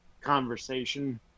conversation